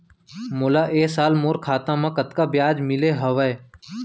मोला ए साल मोर खाता म कतका ब्याज मिले हवये?